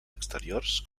exteriors